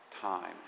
time